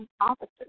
officers